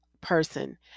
person